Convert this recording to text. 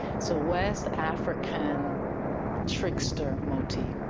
so west african trickster motif.